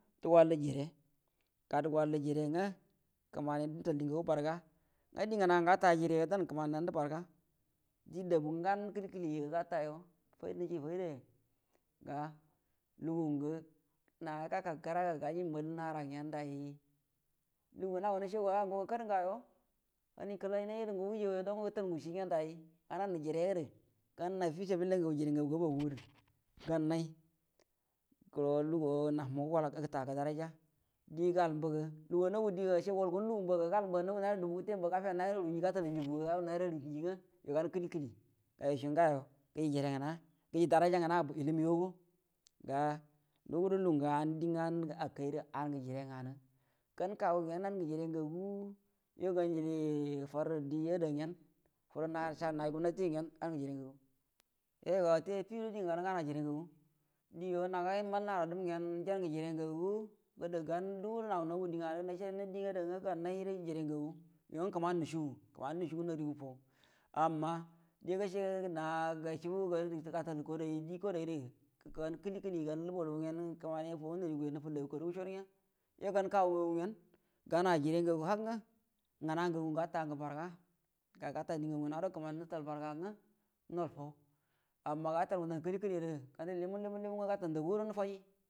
Duguwall jire gadu gwall jire nga di nga gua kəmani lautal jire nga ngua ngə gata jireyo dan ngə kəmani nandə barga di dabu ngə gan kəli-kəli gatayo fani-niji faidaya ga lugu ngə na gaka kəraga gaji nal nara ngen daji lugu nau nashaguga ah ngo gakadə ngauyo ani kəlainaidu nga wujauyo dango gətal ugushi ngen daji inanə jiredə gənana fisabilillahi jire ngagu gabogudə gannai go luguwa namu gola gətagə daraja di gal mbəga luguwa nagu diga ashe wal gunu lugu mbaga gal mbaga nagu naira dubu gəte mbaga gafiyanu naira aru lingi gatal anlubuga gawunu naira aru higi nga yo gan kəli-kəli ga yosho ngayo gəji jire ngəna gəji draja ngana illə migango ga ndugudo lungə an di nga akai ah gə jire nganə gan kagu ngen angə jire ngagu yo gan ujili farrə di aida ngene a nasha nagu gumnati ngen angə jire ngagu gədə gan udugudo nau nagu di nganə də nashe annai di ada ngen gannai gə jire ngagu yo nga kəmani nushugu pə mani mushu narigu fau anuna di gashe na gushubu di gatal kwadayi də gan kəli-kəli gan lubu-lubu-gen kəmani faunariguya nufullaigu kadugu chot nya ye gan kagu ngagu ngen gana jire ngagu hak nga ngna ngagu ngə gata ngə barga ga gata dingagu nganado kəmani nutal barga nga nol fau laluma gatal ngundau kəli-kəli du amma gate i ngundau kəli-kəlidə gandə limnu-limu nga gata ndagudo nu faji.